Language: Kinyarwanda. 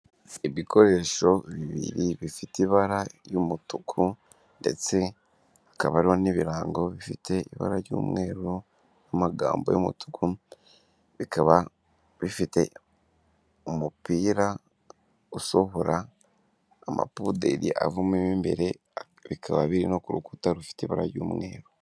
Ibikoresho bibiri bifite ibara ry'umutuku ndetse hakaba n'ibirango bifite ibara ry'umweru n'amagambo y'umutuku bikaba bifite umupira usohora amapuderi avamo mwimbere bikaba biri no ku rukuta rufite ibara ry'umweru.